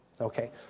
Okay